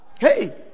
hey